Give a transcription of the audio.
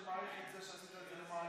אני מעריך את זה שעשית את זה למעני,